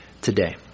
today